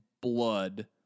blood